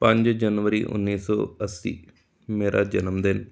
ਪੰਜ ਜਨਵਰੀ ਉੱਨੀ ਸੌ ਅੱਸੀ ਮੇਰਾ ਜਨਮਦਿਨ